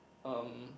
um